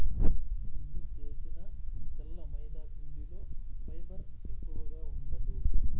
శుద్ది చేసిన తెల్ల మైదాపిండిలో ఫైబర్ ఎక్కువగా ఉండదు